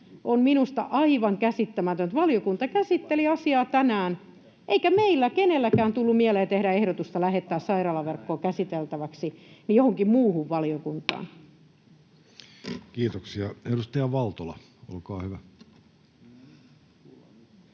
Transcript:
on minusta aivan käsittämätöntä. Valiokunta käsitteli asiaa tänään, eikä meille kenellekään tullut mieleen tehdä ehdotusta lähettää sairaalaverkkoa käsiteltäväksi johonkin muuhun valiokuntaan. [Speech